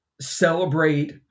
celebrate